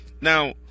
Now